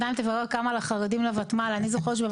ת הפנים עובדת על זה ואני מקווה שנסיים את זה השבוע כי אם זה